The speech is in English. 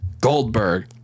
Goldberg